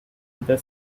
other